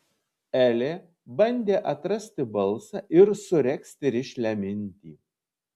elė bandė atrasti balsą ir suregzti rišlią mintį